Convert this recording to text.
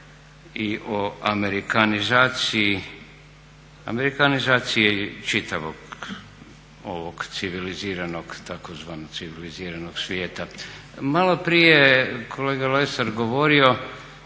ovog civiliziranost tzv. civiliziranog svijeta. Malo prije je kolega Lesar govorio